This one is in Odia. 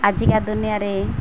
ଆଜିକା ଦୁନିଆଁରେ